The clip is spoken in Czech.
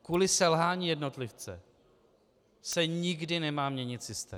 Kvůli selhání jednotlivce se nikdy nemá měnit systém.